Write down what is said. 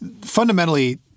fundamentally